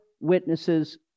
witnesses